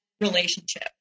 relationship